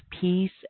peace